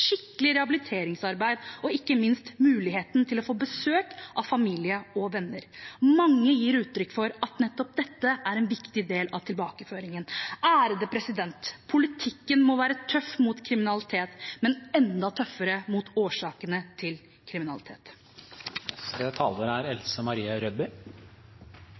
skikkelig rehabiliteringsarbeid og ikke minst muligheten til å få besøk av familie og venner. Mange gir uttrykk for at nettopp dette er en viktig del av tilbakeføringen. Politikken må være tøff mot kriminalitet, men enda tøffere mot årsakene til kriminalitet.